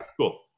Cool